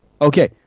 okay